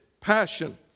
passion